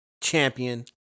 champion